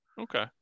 Okay